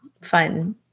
fun